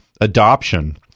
Adoption